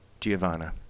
Giovanna